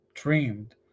dreamed